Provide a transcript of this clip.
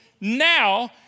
now